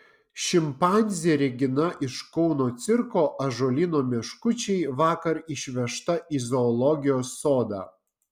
šimpanzė regina iš kauno cirko ąžuolyno meškučiai vakar išvežta į zoologijos sodą